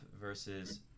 versus